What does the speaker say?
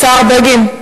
השר בגין,